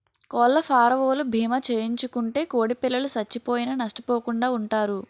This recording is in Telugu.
కోళ్లఫారవోలు భీమా చేయించుకుంటే కోడిపిల్లలు సచ్చిపోయినా నష్టపోకుండా వుంటారు